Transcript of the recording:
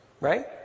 Right